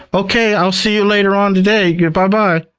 okay, i'll see you later on today! yeah bye bye!